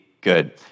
good